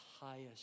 highest